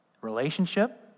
Relationship